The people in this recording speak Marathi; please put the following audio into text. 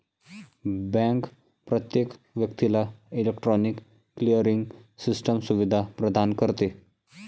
बँक प्रत्येक व्यक्तीला इलेक्ट्रॉनिक क्लिअरिंग सिस्टम सुविधा प्रदान करते